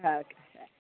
okay ಸರಿ